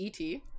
ET